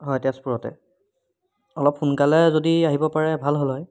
হয় তেজপুৰতে অলপ সোনকালে যদি আহিব পাৰে ভাল হ'ল হয়